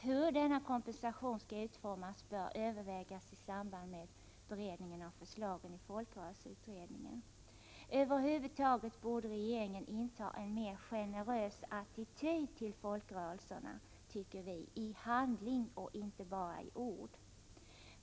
Hur denna kompensation skall utformas bör övervägas i samband med beredningen av förslagen i folkrörelseutredningen. Över huvud taget borde regeringen inta en mer generös attityd till folkrörelserna i handling och inte bara i ord.